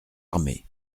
armée